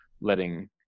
letting